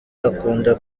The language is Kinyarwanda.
akunda